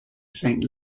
saint